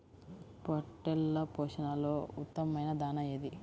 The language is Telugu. పొట్టెళ్ల పోషణలో ఉత్తమమైన దాణా ఏది?